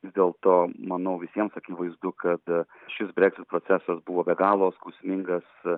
vis dėlto manau visiems akivaizdu kad šis breksit procesas buvo be galo skausmingas